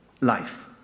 life